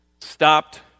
stopped